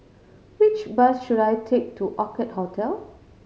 which bus should I take to Orchid Hotel